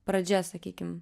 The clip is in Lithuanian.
pradžia sakykim